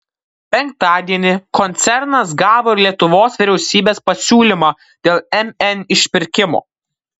penktadienį koncernas gavo ir lietuvos vyriausybės pasiūlymą dėl mn išpirkimo